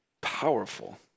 powerful